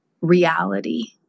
reality